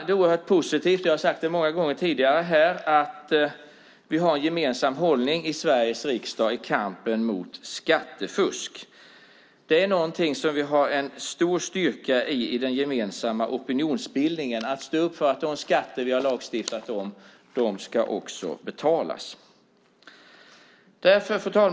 Det är oerhört positivt - jag har sagt det många gånger tidigare här - att vi har en gemensam hållning i Sveriges riksdag i kampen mot skattefusk. Det är en stor styrka i den gemensamma opinionsbildningen att vi står upp för att de skatter vi har lagstiftat om också ska betalas. Fru talman!